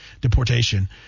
deportation